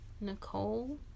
Nicole